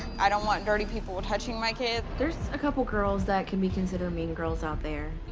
i don't want dirty people touching my kid. there's a couple girls that can be considered mean girls out there.